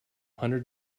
hundred